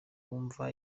mva